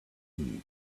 key